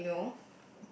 to like you know